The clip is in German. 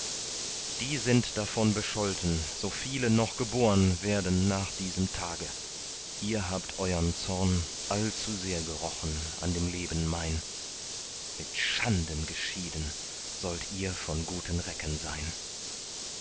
die sind davon bescholten so viele noch geborn werden nach diesem tage ihr habt euern zorn allzusehr gerochen an dem leben mein mit schanden geschieden sollt ihr von guten recken sein